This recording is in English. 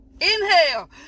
Inhale